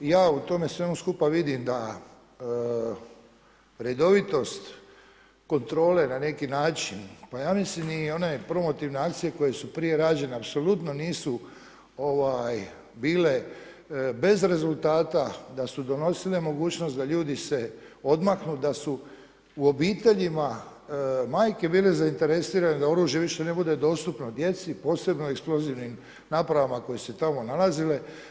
Ja u tome svemu skupa vidim da redovitost kontrole na neki način pa ja mislim i one promotivne akcije koje su prije rađene apsolutno nisu bile bez rezultata da su donosile mogućnost da ljudi se odmaknu da su u obiteljima majke bile zainteresirane da oružje više ne bude dostupno djeci, posebno eksplozivnim napravama koje su se tamo nalazile.